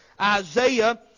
Isaiah